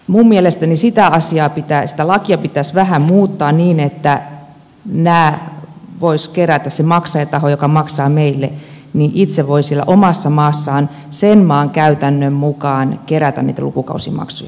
minun mielestäni sitä lakia pitäisi vähän muuttaa niin että se maksajataho joka maksaa meille itse voisi siellä omassa maassaan sen maan käytännön mukaan kerätä niitä lukukausimaksuja